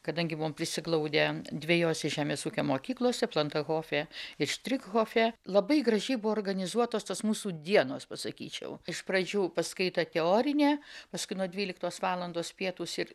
kadangi buvom prisiglaudę dvejose žemės ūkio mokyklose plantahofė ir štrikhofė labai gražiai buvo organizuotos tos mūsų dienos pasakyčiau iš pradžių paskaita teorinė paskui nuo dvyliktos valandos pietūs ir